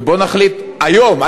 ובוא נחליט היום,